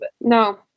no